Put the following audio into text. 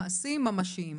מעשים ממשיים.